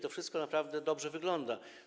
To wszystko naprawdę dobrze wygląda.